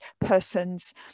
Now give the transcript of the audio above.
person's